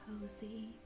cozy